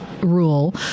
rule